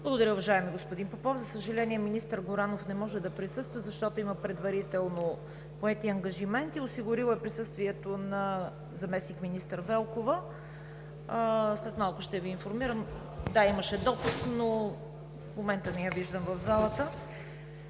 Благодаря Ви, уважаеми господин Попов. За съжаление, министър Горанов не може да присъства, защото има предварително поети ангажименти. Осигурено е присъствието на заместник-министър Велкова. Да, имаше допуск, но в момента не я виждам в залата.